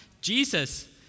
Jesus